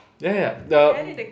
ya ya erm